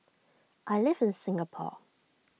I live in Singapore